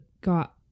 got